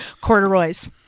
Corduroys